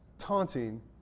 Taunting